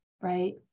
Right